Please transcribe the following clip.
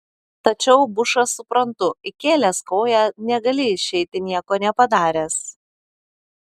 tačiau bušą suprantu įkėlęs koją negali išeiti nieko nepadaręs